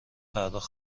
پرداخت